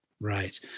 Right